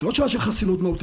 ישבת בוועדות?